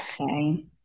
okay